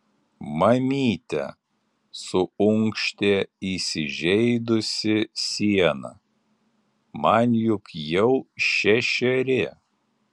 mamyte suunkštė įsižeidusi siena man juk jau šešeri